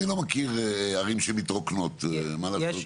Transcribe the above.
אני לא מכיר ערים שמתרוקנות , מה לעשות.